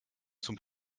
zum